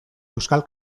euskal